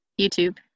YouTube